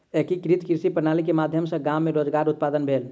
एकीकृत कृषि प्रणाली के माध्यम सॅ गाम मे रोजगार उत्पादन भेल